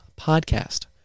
podcast